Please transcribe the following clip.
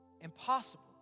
impossible